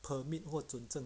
permit 或准证